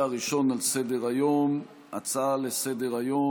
שעה 11:00 תוכן העניינים הצעה לסדר-היום